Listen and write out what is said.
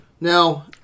now